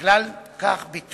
ובכלל זה ביטולה